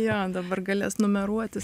jo dabar galės numeruotis